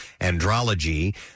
Andrology